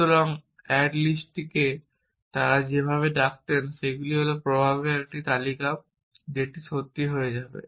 সুতরাং অ্যাড লিস্টকে তারা যেভাবে ডাকতেন সেটি হল প্রভাবের একটি তালিকা যেটি সত্যি হয়ে যাবে